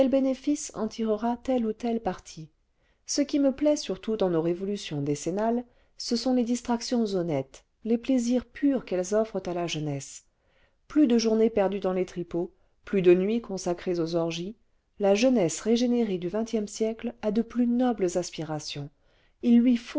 bénéfice en tirera tel ou tel parti ce qui me plaît surtout dans nos révolutions décennales ce sont les distractions honnêtes les plaisirs purs qu'elles offrent à la jeunesse plus de journées perdues dans les tripots plus cle nuits consacrées aux orgies la jeunesse régénérée du xxc